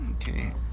Okay